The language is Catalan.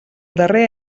darrer